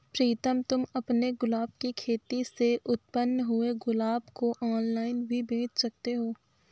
प्रीतम तुम अपने गुलाब की खेती से उत्पन्न हुए गुलाब को ऑनलाइन भी बेंच सकते हो